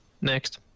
next